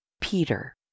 Peter